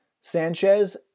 Sanchez